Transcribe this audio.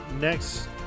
next